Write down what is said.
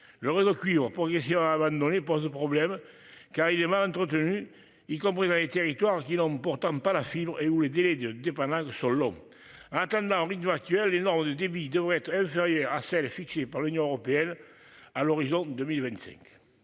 le Renault Clio pour. Abandonné pose problème car il est mal entretenu, y compris dans les territoires qui n'ont pourtant pas la fibre et où les délais de dépendance sur le long. Attendant rideau actuel du nord du débit devrait être inférieure à celle fixée par l'Union européenne à l'horizon 2025.